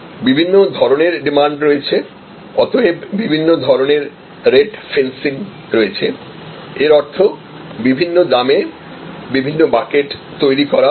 বিভিন্ন ধরণের ডিমান্ড রয়েছে অতএব বিভিন্ন ধরনের রেট ফেন্সিং রয়েছে এর অর্থ বিভিন্ন দামে বিভিন্ন বাকেট তৈরি করা সম্ভব